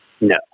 No